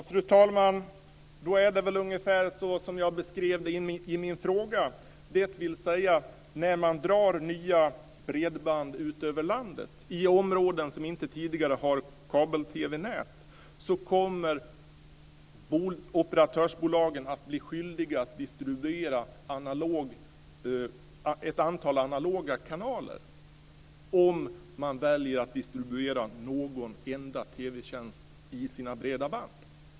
Fru talman! Då är det ungefär såsom jag beskrev i min fråga, dvs. att när man drar nya bredband ut över landet i områden som inte tidigare har kabel-TV-nät kommer operatörsbolagen att bli skyldiga att distribuera ett antal analoga kanaler, om de väljer att distribuera någon enda TV-tjänst i sina breda band.